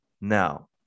now